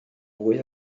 fwy